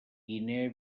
guinea